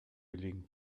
billigen